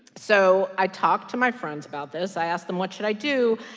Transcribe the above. so i talked to my friends about this. i asked them, what should i do?